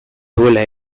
duela